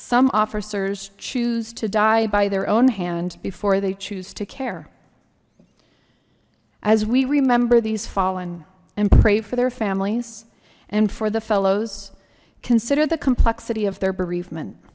some officers choose to die by their own hand before they choose to care as we remember these fallen and pray for their families and for the fellows consider the complexity of their bereavement